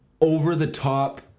over-the-top